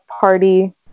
party